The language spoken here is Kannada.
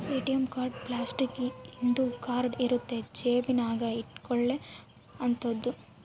ಎ.ಟಿ.ಎಂ ಕಾರ್ಡ್ ಪ್ಲಾಸ್ಟಿಕ್ ಇಂದು ಕಾರ್ಡ್ ಇರುತ್ತ ಜೇಬ ನಾಗ ಇಟ್ಕೊಲೊ ಅಂತದು